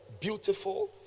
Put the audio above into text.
beautiful